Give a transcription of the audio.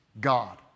God